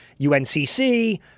UNCC